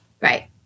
Right